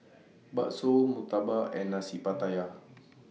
Bakso Murtabak and Nasi Pattaya